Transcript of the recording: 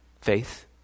faith